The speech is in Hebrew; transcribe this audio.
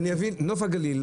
נוף הגליל,